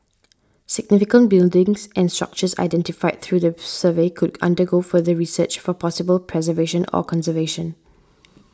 significant buildings and structures identified through the survey could undergo further research for possible preservation or conservation